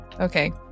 okay